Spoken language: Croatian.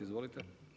Izvolite.